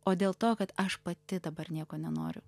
o dėl to kad aš pati dabar nieko nenoriu